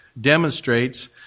demonstrates